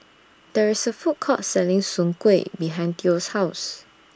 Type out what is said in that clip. There IS A Food Court Selling Soon Kueh behind Theo's House